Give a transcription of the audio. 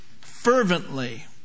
fervently